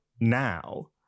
now